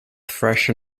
fresh